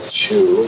two